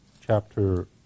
chapter